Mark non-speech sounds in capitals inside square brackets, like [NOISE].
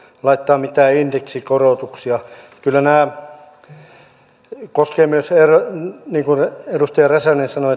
laittaa mitään indeksikorotuksia kyllä nämä leikkaukset koskevat niin kuin edustaja räsänen sanoi [UNINTELLIGIBLE]